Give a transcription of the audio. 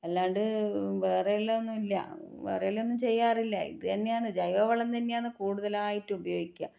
അല്ലാണ്ട് വേറല്ലന്നും ഇല്ല വേറല്ലോന്നും ചെയ്യാറില്ല ഇത് തന്നെയാന്ന് ജൈവ വളം തന്നെയാണ് കൂടുതലായിട്ടും ഉപയോഗിക്കുക